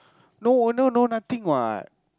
no owner no nothing what